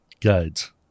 guides